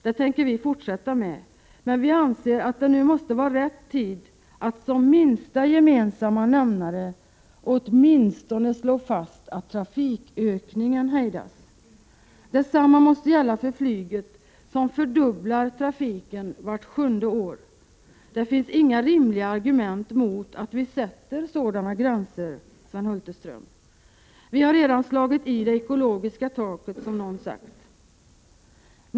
Vi tänker fortsätta med det, men vi anser att det nu måste vara rätt tid att som minsta gemensamma nämnare slå fast att åtminstone trafikökningen hejdas. Detsamma måste gälla flyget, som fördubblar trafiken vart sjunde år. Det finns inga rimliga argument mot att vi sätter sådana gränser, Sven Hulterström. Vi har redan slagit i det ekologiska taket, som någon sagt.